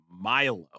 Milo